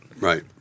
Right